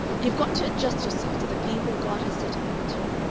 you've got to adjust yourself to the people god has set about you.